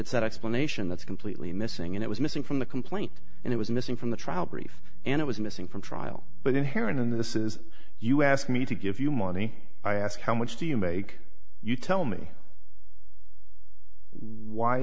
it's that explanation that's completely missing and it was missing from the complaint and it was missing from the trial brief and it was missing from trial but inherent in this is you ask me to give you money i ask how much do you make you tell me why